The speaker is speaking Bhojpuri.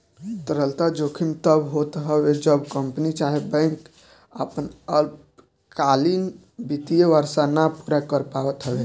तरलता जोखिम तब होत हवे जब कंपनी चाहे बैंक आपन अल्पकालीन वित्तीय वर्ष ना पूरा कर पावत हवे